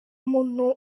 muntu